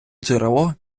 джерело